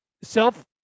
self